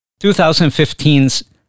2015's